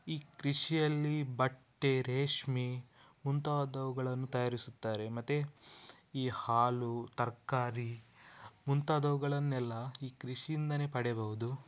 ಈ ಕೃಷಿಯಲ್ಲಿ ಬಟ್ಟೆ ರೇಷ್ಮೆ ಮುಂತಾದವುಗಳನ್ನು ತಯಾರಿಸುತ್ತಾರೆ ಮತ್ತು ಈ ಹಾಲು ತರಕಾರಿ ಮುಂತಾದವುಗಳನ್ನೆಲ್ಲ ಈ ಕೃಷಿಯಿಂದಲೇ ಪಡೆಯಬಹುದು